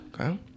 okay